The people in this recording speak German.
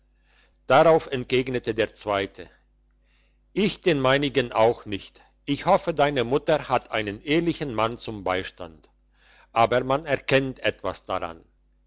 darauf entgegnete der zweite ich den meinigen auch nicht ich hoffe deine mutter hat einen ehrlichen mann zum beistand aber man erkennt etwas daran